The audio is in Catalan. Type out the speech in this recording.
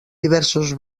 diversos